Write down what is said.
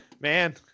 man